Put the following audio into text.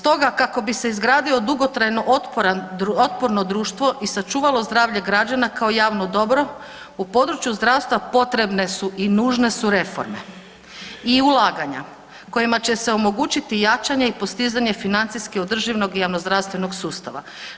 Stoga kako bi se izgradio dugotrajno otporno društvo i sačuvalo zdravlje građana kao javno dobro u području zdravstva potrebne su i nužne su reforme i ulaganja kojima će se omogućiti jačanje i postizanje financijski održivog javnozdravstvenog sustav.